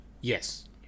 Yes